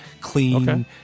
clean